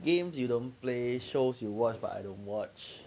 games you don't play shows you watch but I don't watch